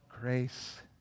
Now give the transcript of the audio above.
grace